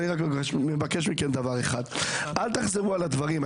אני רק מבקש מכם דבר אחד: אל תחזרו על הדברים.